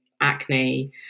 acne